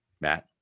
Matt